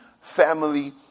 family